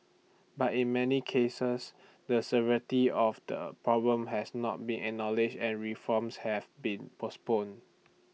but in many cases the severity of the problem has not been acknowledged and reforms have been postponed